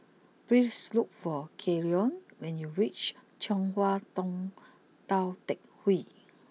please look for Keion when you reach Chong Hua Tong Tou Teck Hwee